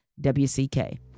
WCK